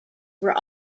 were